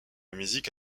musique